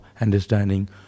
understanding